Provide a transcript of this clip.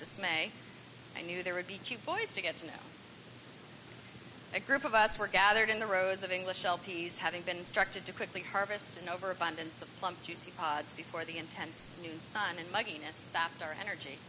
say i knew there would be cute boys to get into a group of us were gathered in the rows of english l p s having been instructed to quickly harvest an over abundance of plump juicy pods before the intense noon sun and mugginess stopped our energy